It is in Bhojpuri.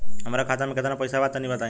हमरा खाता मे केतना पईसा बा तनि बताईं?